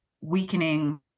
weakening